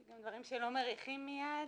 דברים לא מריחים מייד.